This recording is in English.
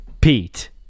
Pete